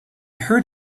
heard